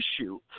issue